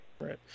right